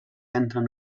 entren